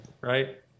Right